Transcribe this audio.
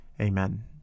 amen